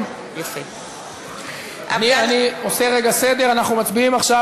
אני עושה רגע סדר: אנחנו מצביעים עכשיו